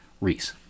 Reese